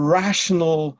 rational